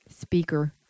speaker